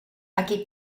aquí